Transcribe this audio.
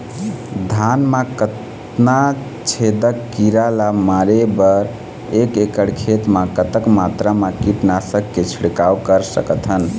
धान मा कतना छेदक कीरा ला मारे बर एक एकड़ खेत मा कतक मात्रा मा कीट नासक के छिड़काव कर सकथन?